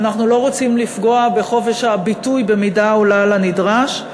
אנחנו לא רוצים לפגוע בחופש הביטוי במידה העולה על הנדרש,